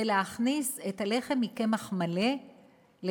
זה להכניס את הלחם מקמח מלא לפיקוח.